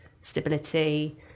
stability